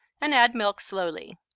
and add milk slowly.